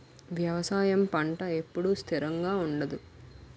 వ్యవసాయం పంట ఎప్పుడు స్థిరంగా ఉండదు